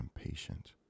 impatient